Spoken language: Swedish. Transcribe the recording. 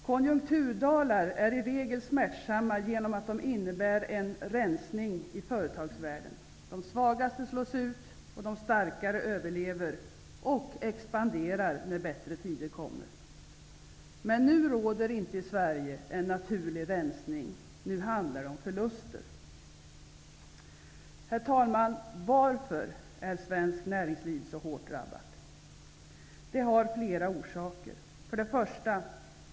Konjunkturdalar är i regel smärtsamma genom att de innebär en rensning i företagsvärlden. De svagaste slås ut, och de starkare överlever och expanderar när bättre tider kommer. Men nu råder i Sverige inte en naturlig rensning -- nu handlar det om förluster. Herr talman! Varför är svenskt näringsliv så hårt drabbat? Det har flera orsaker: 1.